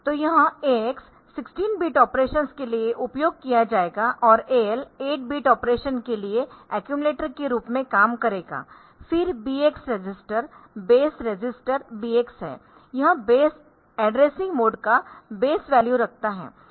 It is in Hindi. तो यह AX 16 बिट ऑपरेशंस के लिए उपयोग किया जाएगा और AL 8 बिट ऑपरेशन के लिए अक्यूमलेटर के रूप में काम करेगा फिर BX register base register BX है यह बेस एड्रेसिंग मोड का बेस वैल्यू रखता है